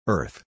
Earth